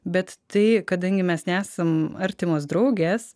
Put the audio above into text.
bet tai kadangi mes nesam artimos draugės